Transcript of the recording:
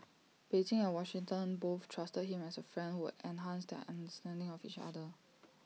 Beijing and Washington both trusted him as A friend who enhanced their understanding of each other